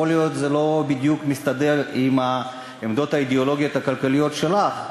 יכול להיות שזה לא בדיוק מסתדר עם העמדות האידיאולוגיות הכלכליות שלך,